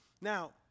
Now